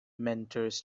mentors